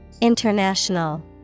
international